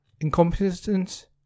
Incompetence